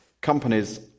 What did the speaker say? companies